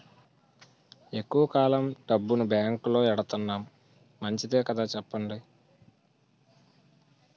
ఎక్కువ కాలం డబ్బును బాంకులో ఎడతన్నాం మంచిదే కదా చెప్పండి